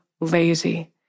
lazy